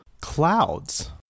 Clouds